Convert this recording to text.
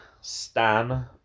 Stan